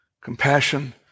compassion